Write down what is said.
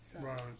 Right